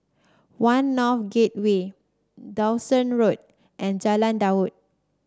One North Gateway Dawson Road and Jalan Daud